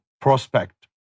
prospect